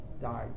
died